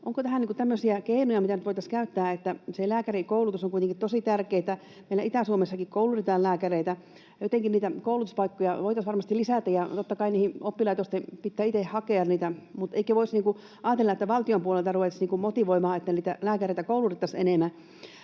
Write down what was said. tämmöisiä keinoja, mitä nyt voitaisiin käyttää? Se lääkärikoulutus on kuitenkin tosi tärkeätä. Meillä Itä-Suomessakin koulutetaan lääkäreitä, ja jotenkin niitä koulutuspaikkoja voitaisiin varmasti lisätä. Totta kai oppilaitosten pitää itse hakea niitä, mutta eikö voisi ajatella, että valtion puolelta ruvettaisiin motivoimaan, että lääkäreitä koulutettaisiin enemmän?